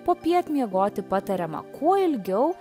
popiet miegoti patariama kuo ilgiau